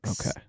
Okay